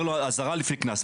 אומר לו: אזהרה לפני קנס.